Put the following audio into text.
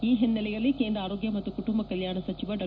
ಈ ಹಿನ್ನೆಲೆಯಲ್ಲಿ ಕೇಂದ್ರ ಆರೋಗ್ಗ ಮತ್ತು ಕುಟುಂಬ ಕಲ್ಲಾಣ ಸಚಿವ ಡಾ